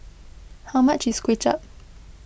how much is Kuay Chap